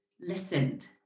listened